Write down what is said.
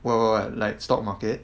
what what what like stock market